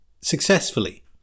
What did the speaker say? successfully